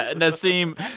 ah nasim,